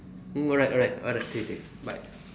mm alright alright alright seriously bye